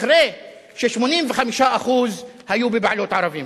אחרי ש-85% היו בבעלות ערבים.